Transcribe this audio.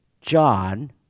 John